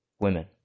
women